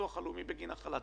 זה צודק.